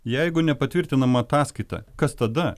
jeigu nepatvirtinama ataskaita kas tada